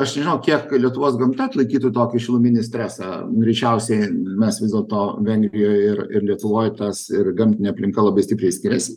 aš nežinau kiek lietuvos gamta atlaikytų tokį šiluminį stresą greičiausiai mes vis dėlto vengrijoj ir ir lietuvoj tas ir gamtinė aplinka labai stipriai skiriasi